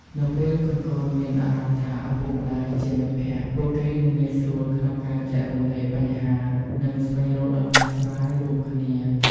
នៅពេលកូនៗមានអារម្មណ៍ថាឪពុកម្ដាយជាមិត្តភក្តិ ពួកគេនឹងងាយស្រួលក្នុងការចែករំលែកបញ្ហា និងស្វែងរកដំណោះស្រាយរួមគ្នា។